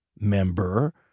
member